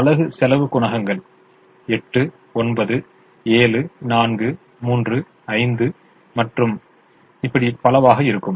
அலகு செலவு குணகங்கள் 8 9 7 4 3 5 மற்றும் இப்படி பலவாக இருக்கும்